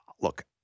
look